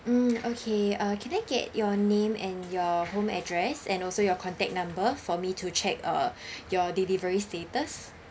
mm okay uh can I get your name and your home address and also your contact number for me to check uh your delivery status